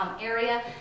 area